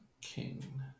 King